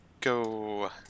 go